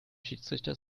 schiedsrichter